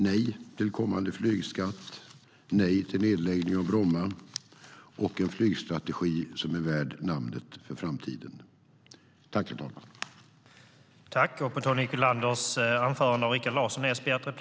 Nej till kommande flygskatt, nej till nedläggning av Bromma och ja till en flygstrategi som är värd namnet i framtiden.I detta anförande instämde Per Klarberg och Jimmy Ståhl .